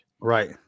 Right